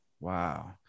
Wow